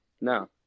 No